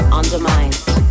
undermined